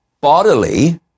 bodily